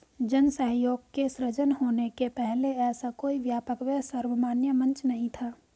जन सहयोग के सृजन होने के पहले ऐसा कोई व्यापक व सर्वमान्य मंच नहीं था